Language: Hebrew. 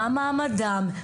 מה מעמדם,